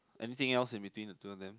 everything else in between the two of them